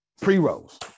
Pre-rolls